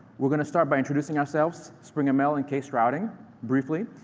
we're going to start by introducing ourselves, springml, and case-routing briefly.